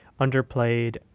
underplayed